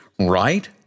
right